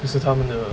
可是他们的